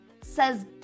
says